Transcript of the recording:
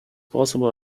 possible